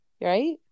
right